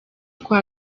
kwa